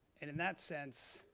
and in that sense,